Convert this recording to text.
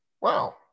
Wow